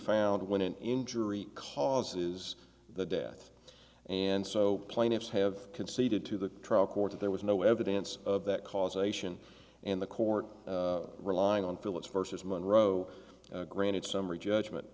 found when an injury causes the death and so plaintiffs have conceded to the trial court there was no evidence of that causation and the court relying on phillips versus monroe granted summary judgment